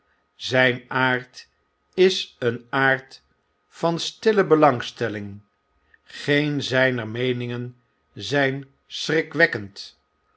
zyn aard is eep aard van stille belangstelling geen zyner meeningen zjjnschrikwekkend onder zijn